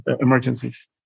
emergencies